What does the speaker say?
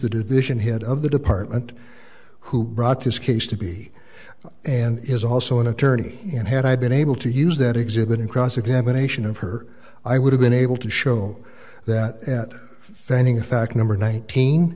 the division head of the department who brought this case to be and is also an attorney and had i been able to use that exhibit in cross examination of her i would have been able to show that finding in fact number nineteen